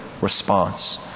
response